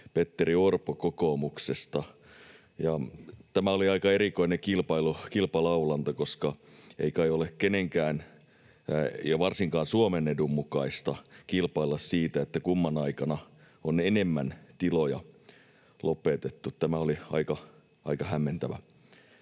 Petteri Orpo kokoomuksesta. Tämä oli aika erikoinen kilpalaulanta, koska ei kai ole kenenkään — ja varsinkaan Suomen — edun mukaista kilpailla siitä, kumman aikana on lopetettu enemmän tiloja. Tämä oli aika hämmentävä